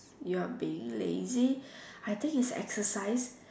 you are being lazy I think is exercise